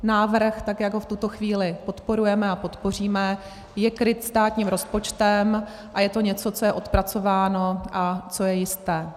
Návrh, tak jak ho v tuto chvíli podporujeme a podpoříme, je kryt státním rozpočtem a je to něco, co je odpracováno a co je jisté.